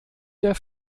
der